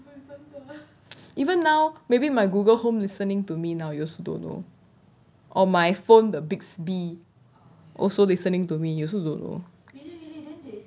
even now maybe my Google home listening to me now you also don't know or my phone the bixby also listening to me you also don't know